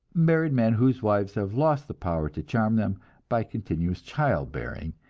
married men whose wives have lost the power to charm them by continuous childbearing,